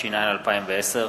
התש”ע 2010,